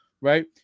right